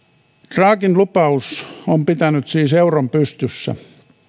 draghin lupaus on pitänyt siis euron pystyssä